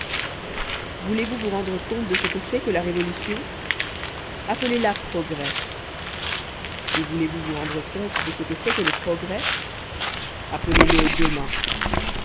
voulez-vous vous rendre compte de ce que c'est que la révolution appelez la progrès et voulez-vous vous rendre compte de ce que c'est que le progrès appelez-le demain